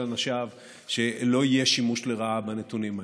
אנשיו שלא יהיה שימוש לרעה בנתונים האלה.